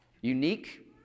Unique